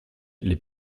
les